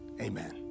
Amen